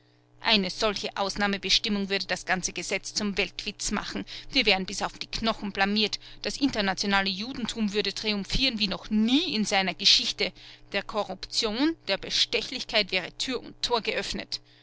eine solche ausnahmebestimmung würde das ganze gesetz zum weltwitz machen wir wären bis auf die knochen blamiert das internationale judentum würde triumphieren wie noch nie in seiner geschichte der korruption der bestechlichkeit wäre tür und tor geöffnet